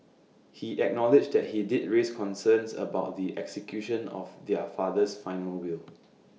he acknowledged that he did raise concerns about the execution of their father's final will